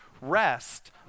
rest